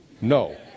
no